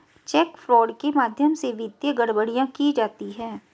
check fraud के माध्यम से वित्तीय गड़बड़ियां की जाती हैं